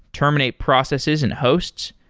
terminate processes and hosts.